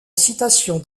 citation